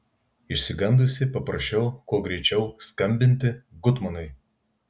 išsigandusi paprašiau kuo greičiau skambinti gutmanui